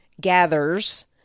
gathers